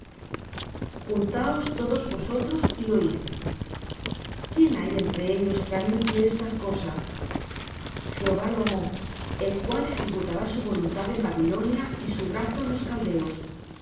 juntaos todos vosotros y oid quién hay entre ellos que anuncie estas cosas jehová lo amó el cual ejecutará su voluntad en babilonia y su brazo en los caldeos